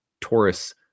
Taurus